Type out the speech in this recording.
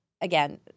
Again